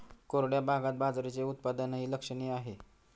कोरड्या भागात बाजरीचे उत्पादनही लक्षणीय आहे